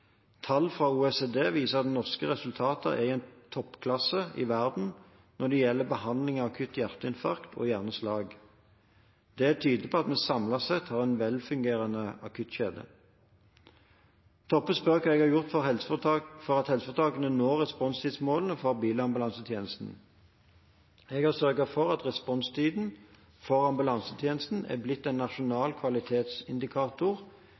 Tall fra OECD viser at norske resultater er i toppklasse i verden når det gjelder behandling av akutt hjerteinfarkt og hjerneslag. Det tyder på at vi samlet sett har en velfungerende akuttkjede. Toppe spør hva jeg har gjort for at helseforetakene når responstidsmålene for bilambulansetjenesten. Jeg har sørget for at responstiden for ambulansetjenesten er blitt en